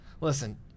Listen